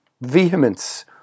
Vehemence